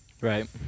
Right